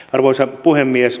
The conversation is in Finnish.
arvoisa puhemies